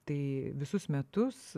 tai visus metus